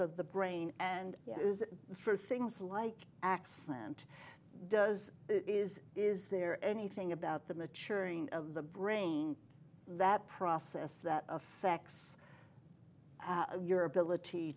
of the brain and for things like accent does is is there anything about the maturing of the brain that process that affects your ability